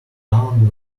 down